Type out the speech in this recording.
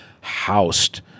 housed